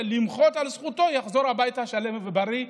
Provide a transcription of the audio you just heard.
למחות על זכותו יחזור הביתה שלם ובריא,